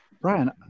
Brian